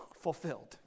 fulfilled